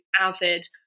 avid